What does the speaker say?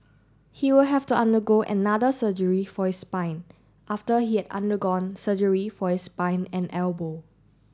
he will have to undergo another surgery for his spine after he had undergone surgery for his spine and elbow